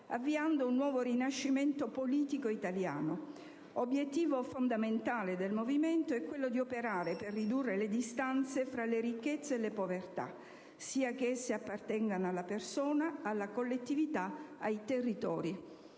avviando un nuovo Rinascimento politico italiano. Obiettivo fondamentale del movimento è quello di operare per ridurre le distanze fra le "ricchezze" e le "povertà" sia che esse appartengano alla persona, alla collettività, ai territori».